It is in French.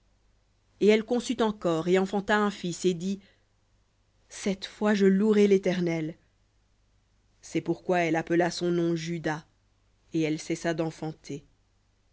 et elle conçut encore et enfanta un fils et dit cette fois je louerai l'éternel c'est pourquoi elle appela son nom juda et elle cessa d'enfanter